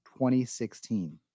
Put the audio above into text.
2016